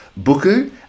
Buku